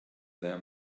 there